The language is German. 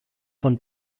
von